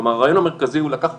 כלומר, הרעיון המרכזי הוא לקחת